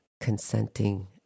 consenting